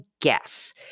guess